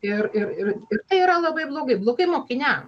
ir ir ir ir tai yra labai blogai blogai mokiniam